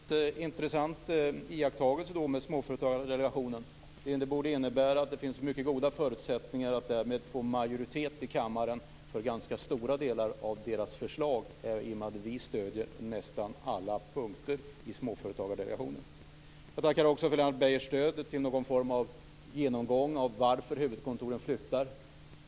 Fru talman! Det är en intressant iakttagelse om Småföretagsdelegationen. Det borde innebära att det finns mycket goda förutsättningar att därmed få majoritet i kammaren för ganska stora delar av dess förslag i och med att vi moderater stöder nästan alla punkter i Småföretagsdelegationens förslag. Jag tackar också för Lennart Beijers stöd till någon form av varför huvudkontoren flyttar.